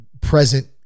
present